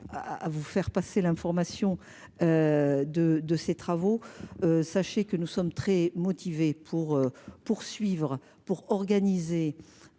Ah vous faire passer l'information. De de ces travaux. Sachez que nous sommes très motivés pour poursuivre pour organiser